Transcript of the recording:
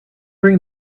bring